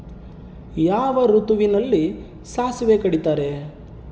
ಯಾವ ಋತುವಿನಲ್ಲಿ ಸಾಸಿವೆ ಕಡಿತಾರೆ?